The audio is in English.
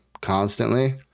constantly